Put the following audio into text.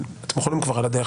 על הדרך,